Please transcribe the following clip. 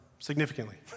significantly